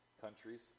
countries